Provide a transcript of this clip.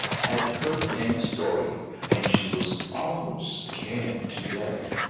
had heard nan's story and she was almost scared to death.